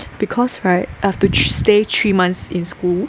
because right have to stay three months in school